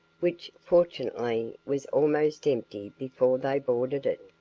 which, fortunately, was almost empty before they boarded it.